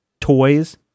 toys